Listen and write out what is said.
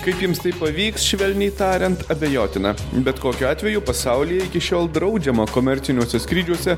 kaip jiems tai pavyks švelniai tariant abejotina bet kokiu atveju pasaulyje iki šiol draudžiama komerciniuose skrydžiuose